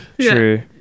true